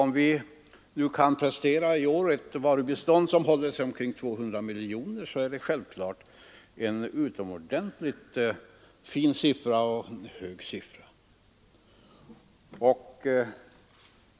Om Sverige i år kan prestera ett varubistånd på omkring 200 miljoner kronor, är det självklart en utomordentligt fin siffra.